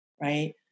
right